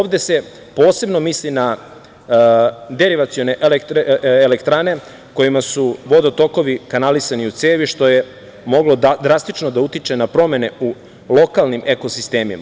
Ovde se posebno misli na deviracione elektrane, kojima su vodotokovi kanalisani u cevi što je moglo drastično da utiče na promene u lokalnim eko sistemima.